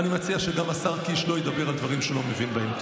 אני גם מציע שהשר קיש לא ידבר על דברים שהוא לא מבין בהם.